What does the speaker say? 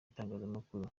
itangazamakuru